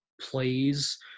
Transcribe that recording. plays